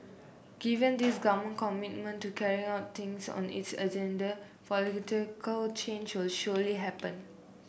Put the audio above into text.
given this government commitment to carrying out things on its agenda political change will surely happen